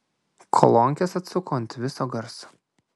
kolonkes atsuko ant viso garso